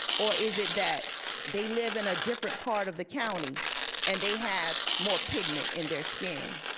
or is it that they live in a different part of the county and they have more pigment in their skin?